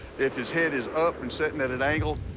if his head is up and sitting at an angle,